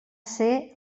ser